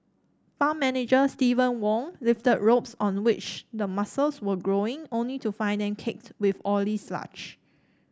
farm manager Steven Wong lifted ropes on which the mussels were growing only to find them caked with oily sludge